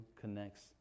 connects